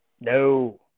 No